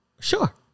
Sure